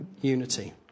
unity